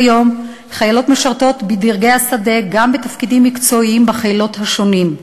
כיום חיילות משרתות בדרגי השדה גם בתפקידים מקצועיים בחילות השונים.